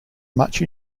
much